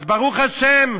אז ברוך השם,